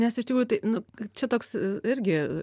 nes iš tikrųjų tai nu čia toks irgi